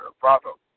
Bravo